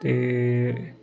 ते